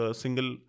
single